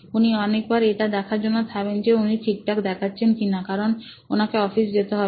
উনি অনেকবার এটা দেখার জন্য থামেন যে উনি ঠিকঠাক দেখাচ্ছেন কারণ ওনাকে অফিস যেতে হবে